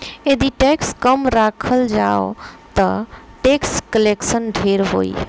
यदि टैक्स कम राखल जाओ ता टैक्स कलेक्शन ढेर होई